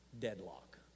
deadlock